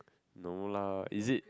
no lah is it